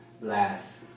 last